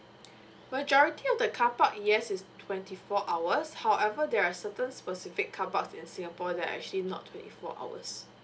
majority of the carpark yes is twenty four hours however there are certain specific carparks in singapore they're actually not twenty four hours